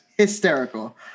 Hysterical